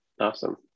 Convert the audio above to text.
Awesome